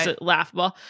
Laughable